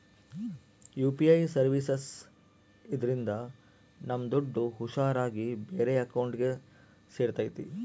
UPI services ಇದ್ರಿಂದ ನಮ್ ದುಡ್ಡು ಹುಷಾರ್ ಆಗಿ ಬೇರೆ ಅಕೌಂಟ್ಗೆ ಸೇರ್ತೈತಿ